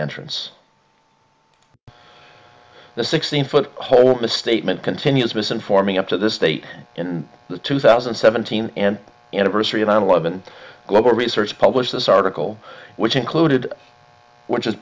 entrance the sixteen foot hole in a statement continues misinforming up to the state in the two thousand and seventeen and anniversary of nine eleven global research published this article which included which is